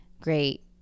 Great